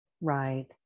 right